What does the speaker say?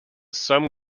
some